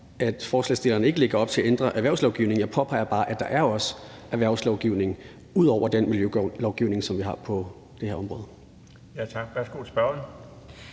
at forslagsstillerne ikke lægger op til ændre erhvervslovgivningen. Jeg påpeger bare, at der er også erhvervslovgivning ud over den miljølovgivning, som vi har på det her område.